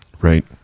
Right